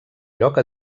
lloc